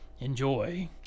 enjoy